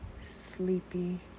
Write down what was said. sleepy